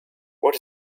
what